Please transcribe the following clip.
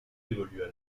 évolue